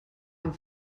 amb